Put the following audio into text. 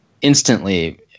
Instantly